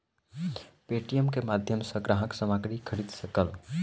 Paytm के माध्यम सॅ ग्राहक सामग्री खरीद सकल